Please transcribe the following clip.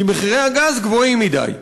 כי מחירי הגז גבוהים מדי.